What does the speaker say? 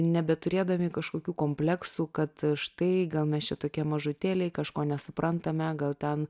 nebeturėdami kažkokių kompleksų kad štai gal mes čia tokie mažutėliai kažko nesuprantame gal ten